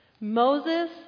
Moses